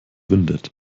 windet